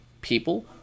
people